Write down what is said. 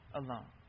alone